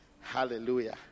Hallelujah